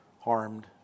harmed